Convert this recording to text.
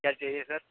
क्या चाहिए सर